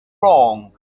wrong